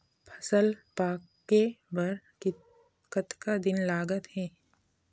फसल पक्के बर कतना दिन लागत हे?